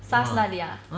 SARS னாலயா:nalaya